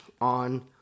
on